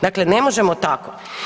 Dakle, ne možemo tako.